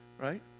right